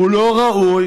הוא לא ראוי,